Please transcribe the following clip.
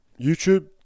YouTube